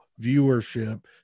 viewership